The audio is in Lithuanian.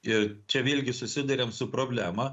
ir čia vėlgi susiduriam su problema